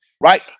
right